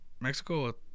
Mexico